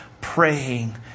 praying